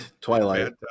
Twilight